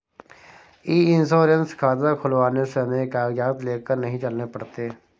ई insurance खाता खुलवाने से हमें कागजात लेकर नहीं चलने पड़ते